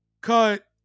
cut